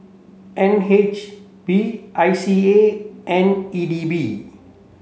N H B I C A and E D B